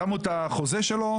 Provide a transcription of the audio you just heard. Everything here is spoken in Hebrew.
שמו את החוזה שלו,